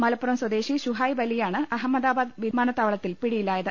മലപ്പുറം സ്വദേശി ശുഹൈബ് അലിയാണ് അഹമ്മദാബ്പാദ് വിമാനത്താവളത്തിൽ പിടിയിലായത്